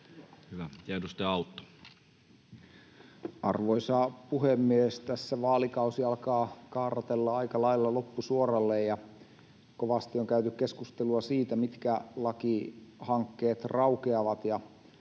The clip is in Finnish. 19:42 Content: Arvoisa puhemies! Tässä vaalikausi alkaa kaarrotella aika lailla loppusuoralle, ja kovasti on käyty keskustelua siitä, mitkä lakihankkeet raukeavat.